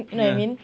ya